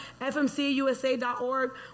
fmcusa.org